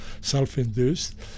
self-induced